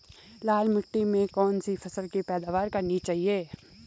लाल मिट्टी में कौन सी फसल की पैदावार करनी चाहिए?